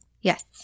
Yes